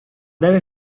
deve